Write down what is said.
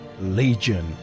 legion